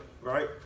right